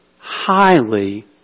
highly